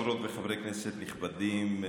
חברות וחברי כנסת נכבדים,